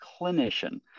clinician